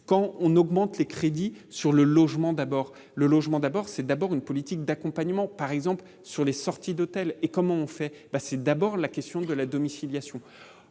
quand on augmente les crédits sur le logement d'abord le logement d'abord, c'est d'abord une politique d'accompagnement par exemple sur les sorties d'hôtel et comment on fait, bah c'est d'abord la question de la domiciliation